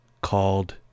called